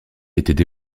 étaient